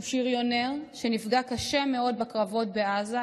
הוא שריונר שנפגע קשה מאוד בקרבות בעזה.